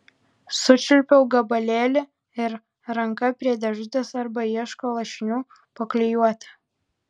sučiulpiau gabalėlį ir ranka prie dėžutės arba ieško lašinių po klijuotę